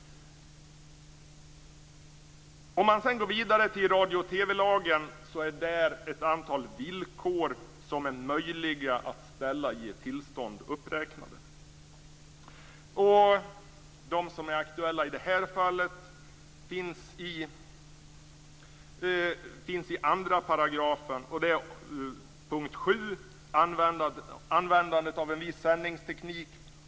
Om man sedan går vidare till radio och TV-lagen ser man att det där räknas upp ett antal villkor som är möjliga att ställa vid ett tillstånd. De som är aktuella i detta fall finns i 3 kap. 2 §. Punkt 7 gäller användandet av en viss sändningsteknik.